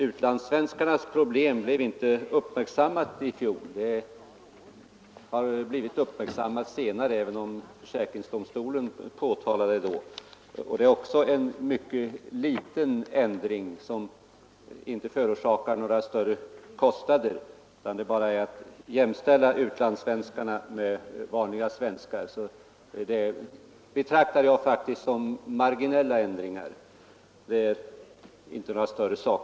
Utlandssvenskarnas problem blev i fjol inte tillräckligt beaktat, även om det uppmärksammades av försäkringsdomstolen. Däremot har det problemet blivit uppmärksammat senare. Men också där är en mycket liten ändring föreslagen, som inte förorsakar några större kostnader. Det gäller bara att jämställa utlandssvenskar med vanliga svenskar. Det betraktar jag faktiskt som en marginell ändring, inte som någon större sak.